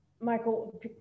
Michael